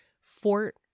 Fort